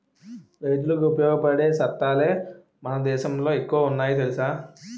రైతులకి ఉపయోగపడే సట్టాలే మన దేశంలో ఎక్కువ ఉన్నాయి తెలుసా